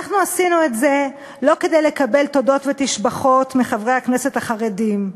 אנחנו עשינו את זה לא כדי לקבל תודות ותשבחות מחברי הכנסת החרדים.